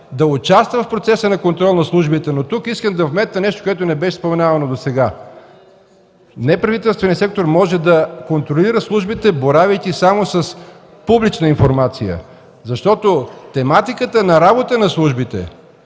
да участва в процеса на контрол на службите. Тук искам да вметна нещо, което не беше споменавано досега. Неправителственият сектор може да контролира службите, боравейки само с публична информация, защото тематиката на работа на службите